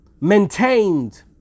maintained